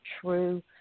true